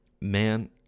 man